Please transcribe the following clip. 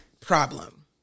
problem